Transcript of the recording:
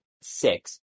six